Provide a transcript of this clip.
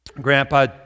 grandpa